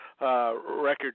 Record